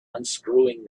unscrewing